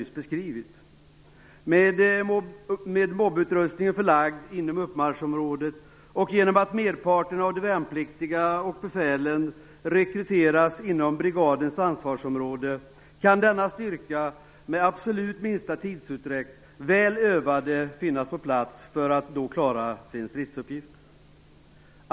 Genom att mob-utrustningen är förlagd inom uppmarschområdet och genom att merparten av de värnpliktiga befälen rekryteras inom brigadens ansvarsområde kan denna styrka med absolut minsta tidsutdräkt finnas på plats väl övade för att klara sin stridsuppgift.